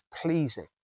pleasing